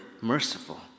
merciful